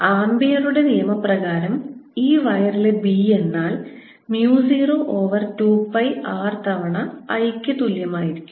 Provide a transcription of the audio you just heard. ആമ്പിയറുടെ നിയമപ്രകാരം ഈ വയറിലെ b എന്നാൽ mu 0 ഓവർ 2 പൈ r തവണ I ക്ക് തുല്യമായിരിക്കും